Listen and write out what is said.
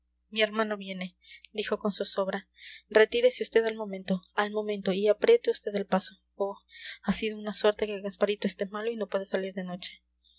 mi hermano viene dijo con zozobra retírese vd al momento al momento y apriete vd el paso oh ha sido una suerte que gasparito esté malo y no pueda salir de noche